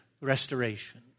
restoration